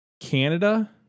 Canada